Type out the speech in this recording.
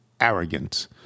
arrogant